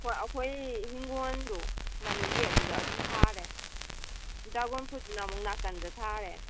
ꯍꯣꯏ ꯑꯩꯈꯣꯏ ꯍꯤꯡꯒꯣꯟꯗꯨ ꯃꯅꯤꯡꯒꯤ ꯑꯗꯨꯗ ꯑꯗꯨꯝ ꯊꯥꯔꯦ ꯗ꯭ꯔꯥꯒꯣꯟ ꯐ꯭ꯔꯨꯠꯇꯨꯅ ꯑꯃꯨꯛ ꯅꯥꯀꯟꯗ ꯊꯥꯔꯦ